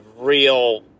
real